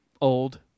old